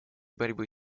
борьбы